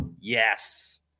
Yes